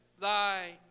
thy